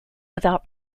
without